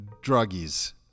druggies